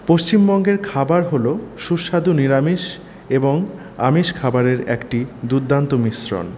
পশ্চিমবঙ্গের খাবার হল সুস্বাদু নিরামিষ এবং আমিষ খাবারের একটি দুর্দান্ত মিশ্রণ